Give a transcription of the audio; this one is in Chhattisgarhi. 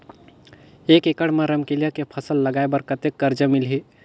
एक एकड़ मा रमकेलिया के फसल लगाय बार कतेक कर्जा मिलही?